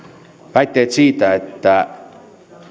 väitteet siitä että